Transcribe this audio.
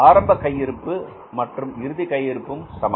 ஆரம்ப கையிருப்பு மற்றும் இறுதி கையிருப்பும் சமம்